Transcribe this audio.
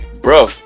Bro